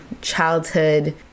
childhood